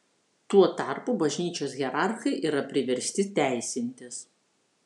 tuo tarpu bažnyčios hierarchai yra priversti teisintis